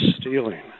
stealing